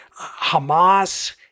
Hamas